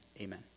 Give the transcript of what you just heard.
amen